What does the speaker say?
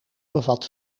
bevat